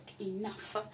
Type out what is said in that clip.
enough